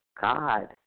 God